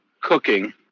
cooking